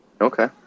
okay